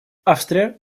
австрия